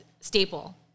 staple